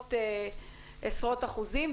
בעשרות אחוזים,